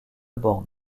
borne